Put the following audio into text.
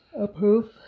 approve